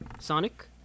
Sonic